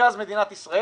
ממרכז מדינת ישראל.